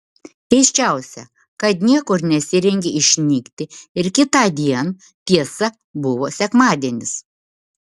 keisčiausia kad niekur nesirengė išnykti ir kitądien tiesa buvo sekmadienis